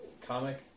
comic